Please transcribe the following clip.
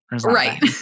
Right